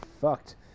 fucked